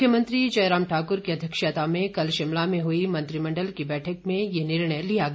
मुख्यमंत्री जयराम ठाकुर की अध्यक्षता में कल शिमला में हुई मंत्रिमण्डल की बैठक में ये निर्णय लिया गया